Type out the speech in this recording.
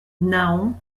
nahon